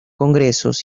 congresos